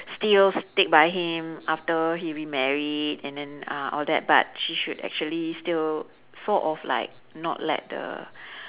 still stick by him after he remarried and then uh all that but she should actually still sort of like not let the